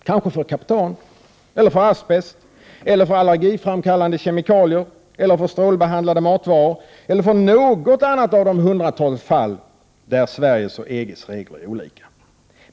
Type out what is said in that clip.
Kanske för kaptan. Eller för asbest. Eller för allergiframkallande kemikalier. Eller för strålbehandlade matvaror. Eller för något annat av det hundratals fall där Sveriges och EG:s regler är olika.